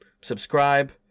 subscribe